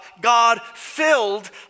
God-filled